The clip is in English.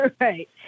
Right